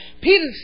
Peter